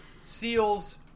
seals